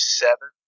seven